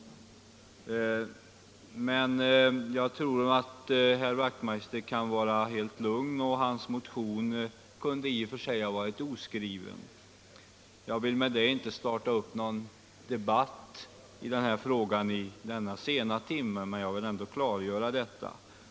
Men jag tror att herr Wachtmeister kan vara helt lugn, och hans motion kunde i och för sig ha varit oskriven. Jag vill inte genom att säga det starta någon debatt i den här frågan i denna sena timme, men jag vill ändå klargöra detta.